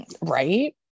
Right